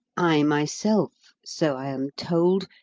i myself, so i am told,